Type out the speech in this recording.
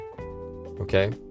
okay